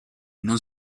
non